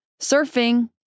surfing